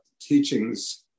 teachings